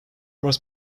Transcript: was